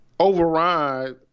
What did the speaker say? override